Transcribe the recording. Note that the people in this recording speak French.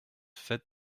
faite